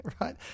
Right